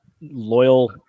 loyal